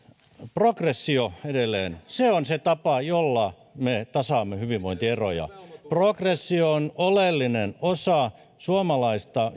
progressio edelleen on se tapa jolla me tasaamme hyvinvointieroja progressio on oleellinen osa suomalaista